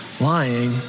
lying